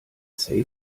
safe